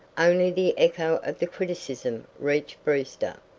only the echo of the criticism reached brewster,